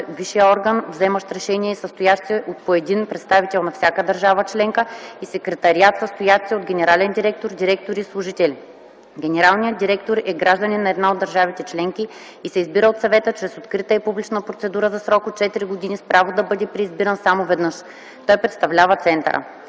висшият орган, вземащ решенията и състоящ се от по един представител на всяка държава членка, и Секретариат – състоящ се от генерален директор, директори и служители. Генералният директор е гражданин на една от държавите членки и се избира от Съвета чрез открита и публична процедура за срок от 4 години с право да бъде преизбиран само веднъж. Той представлява Центъра.